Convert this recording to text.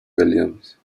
williams